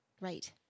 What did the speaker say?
Right